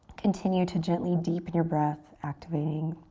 continue to gently deepen your breath, activating.